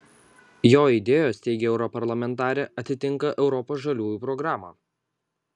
jo idėjos teigia europarlamentarė atitinka europos žaliųjų programą